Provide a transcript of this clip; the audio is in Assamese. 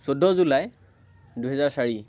চৈধ্য জুলাই দুহেজাৰ চাৰি